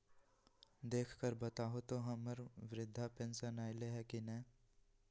देख कर बताहो तो, हम्मर बृद्धा पेंसन आयले है की नय?